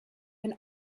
been